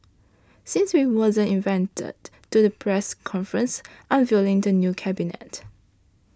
since we wasn't invented to the press conference unveiling the new cabinet